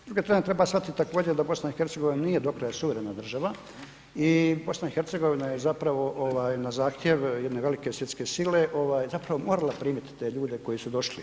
S druge strane treba shvatit također da BiH nije do kraja suverena država i BiH je zapravo na zahtjev jedne velike svjetske sile, zapravo morala primit te ljude koji su došli.